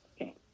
okay